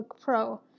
Pro